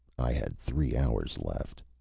i had three hours left!